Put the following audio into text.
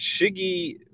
Shiggy